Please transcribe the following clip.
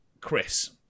Chris